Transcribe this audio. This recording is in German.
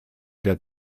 der